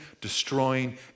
destroying